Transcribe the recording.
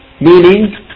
meaning